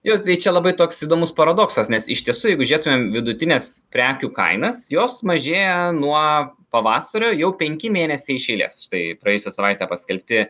jo tai čia labai toks įdomus paradoksas nes iš tiesų jeigu žiūrėtumėm vidutines prekių kainas jos mažėja nuo pavasario jau penki mėnesiai iš eilės štai praėjusią savaitę paskelbti